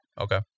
Okay